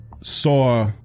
saw